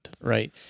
right